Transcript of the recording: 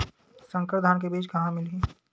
संकर धान के बीज कहां मिलही?